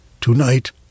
to-night